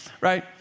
right